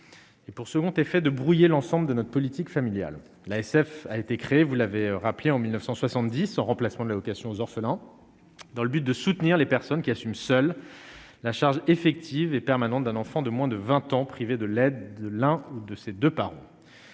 Et pour second effet de brouiller l'ensemble de notre politique familiale, l'ASF a été créé, vous l'avez rappelé en 1970 en remplacement de l'allocation aux orphelins dans le but de soutenir les personnes qui assument seules la charge effective et permanente d'un enfant de moins de 20 ans privés de l'aide, l'un de ses 2 parents.